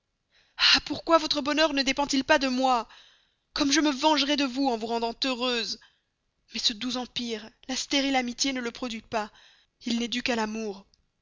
ah pourquoi votre bonheur ne dépend il pas de moi comme je me vengerais de vous en vous rendant heureuse mais ce doux empire la stérile amitié ne le produit pas il n'est dû qu'à l'amour